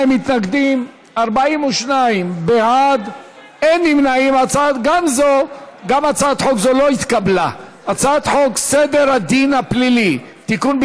ההצעה להעביר לוועדה את הצעת חוק סדר הדין הפלילי (תיקון,